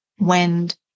wind